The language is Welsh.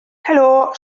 helo